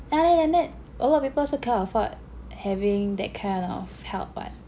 then other than that a lot of people also cannot afford having that kind of help [what]